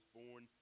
born